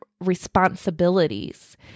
responsibilities